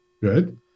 Good